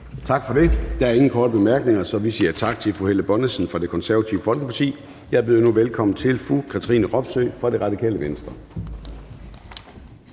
Tak for det. Der er ingen korte bemærkninger, så vi siger tak til fru Helle Bonnesen fra Det Konservative Folkeparti. Jeg byder nu velkommen til fru Katrine Robsøe fra Radikale Venstre.